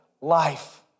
life